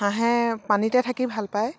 হাঁহে পানীতে থাকি ভাল পায়